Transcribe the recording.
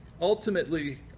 ultimately